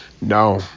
No